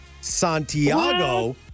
Santiago